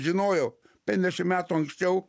žinojo penkiasdešim metų anksčiau